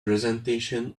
presentation